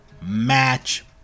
match